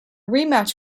rematch